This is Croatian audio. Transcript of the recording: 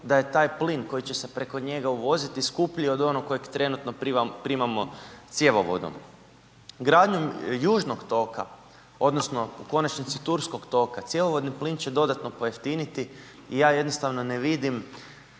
da je taj plin koji će se preko njega uvoziti skuplji od onoga kojeg trenutno primamo cjevovodom. Gradnju južnog toka odnosno u konačnici turskog toka cjevovodni plin će dodatno pojeftiniti i ja jednostavno ne vidim